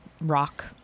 rock